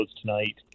tonight